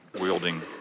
wielding